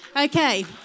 Okay